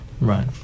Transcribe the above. Right